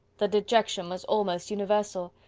the dejection was almost universal.